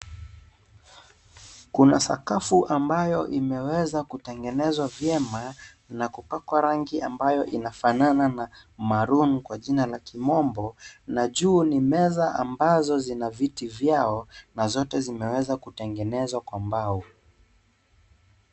Kuna sakafu ambayo imeweza kutengenezwa vyema na kupakwa rangi ambayo inafanana na Maroon kwa jina la komombo, na juu ni meza ambazo zina viti vyao na zote zimeweza kutengenezwa kwa mbao.